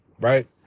right